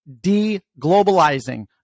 de-globalizing